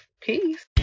Peace